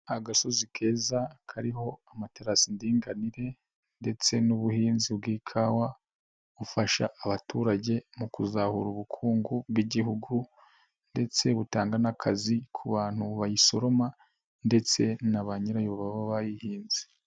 Agasozi keza kariho, amaterasiyinganire ndetse n'ubuhinzi bw'ikawa bufasha abaturage mu kuzahura ubukungu bw'igihugu, ndetse butanga n'akazi ku bantu bayisoroma, ndetse na ba nyirayo baba bayihinze.